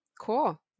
Cool